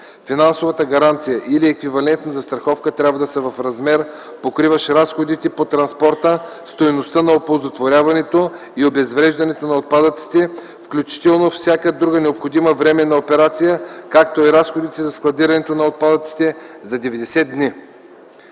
Финансовата гаранция или еквивалентна застраховка трябва да са в размер, покриващ разходите по транспорта, стойността на оползотворяването и обезвреждането на отпадъците, включително всяка друга необходима временна операция, както и разходите за складирането на отпадъците за 90 дни.